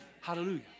Hallelujah